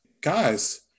Guys